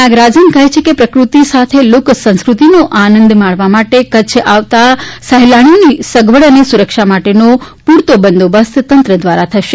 નાગરાજન કહે છે કે પ્રકૃતિ સાથે લોકસંસ્કૃતિનો આનંદ માણવા માટે કચ્છ આવતા સહેલાણીઓની સગવડ અને સુરક્ષા માટે પૂરતો બંદોબસ્ત તંત્ર દ્વારા થશે